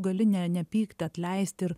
gali ne nepykt atleist ir